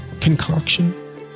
concoction